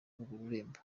rurembo